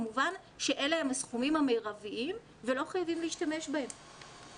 כמובן שאלה הם הסכומים המרביים ולא חייבים להשתמש בהם